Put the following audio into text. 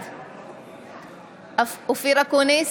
בעד אופיר אקוניס,